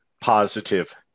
positive